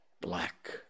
black